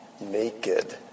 naked